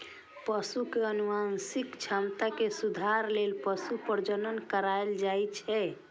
पशु के आनुवंशिक क्षमता मे सुधार लेल पशु प्रजनन कराएल जाइ छै